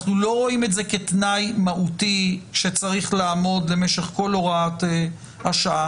אנחנו לא רואים את זה כתנאי מהותי שצריך לעמוד למשך כל הוראת השעה.